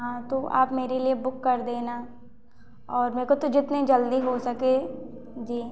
हाँ तो आप मेरे लिए बुक कर देना और मेरे को तो जितने जल्दी हो सके जी